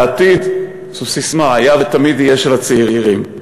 והעתיד, זו ססמה, היה ותמיד יהיה של הצעירים.